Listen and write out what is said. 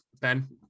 Ben